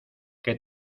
que